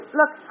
look